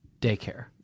daycare